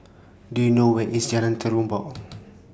Do YOU know Where IS Jalan Terubok